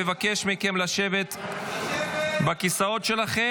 קורא לחברי הכנסת לתמוך בהצעת החוק.